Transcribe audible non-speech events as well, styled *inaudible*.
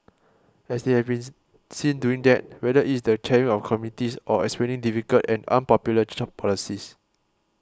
as they have been *unintelligible* seen doing that whether it is the chairing of committees or explaining difficult and unpopular *unintelligible* policies